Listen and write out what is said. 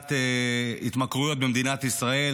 למניעת התמכרויות במדינת ישראל.